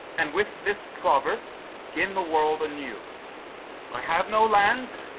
and with this proverb gin the world anew i have no lands,